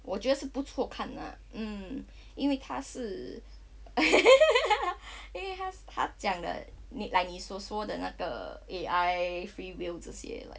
我觉得是不错看 ah mm 因为它是 因为它是它讲的 like 你说说的那个 A_I free will 这些 like